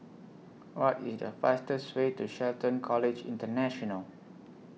What IS The fastest Way to Shelton College International